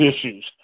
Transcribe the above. issues